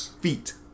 feet